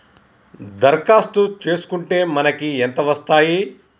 దరఖాస్తు చేస్కుంటే మనకి ఎంత వస్తాయి?